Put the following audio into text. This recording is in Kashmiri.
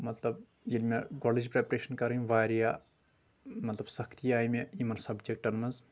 مطلب ییٚلہِ مےٚ گۄڑٕ لٲج پریٚپریشن کرٕنۍ واریاہ مطلب سختی آیہِ مےٚ یِمن سبجیٚکٹن منٛز